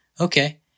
Okay